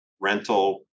rental